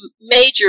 major